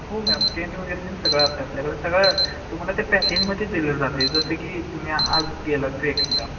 हो ma'am tent वगैरे तें सगळं असतं आपल्याकडं सगळं तुम्हाला ते पॅकेजमध्येच दिलं जाते जसे की तुम्ही आज गेला आहात ट्रेकिंगला